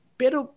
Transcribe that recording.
pero